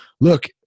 look